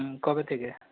হুম কবে থেকে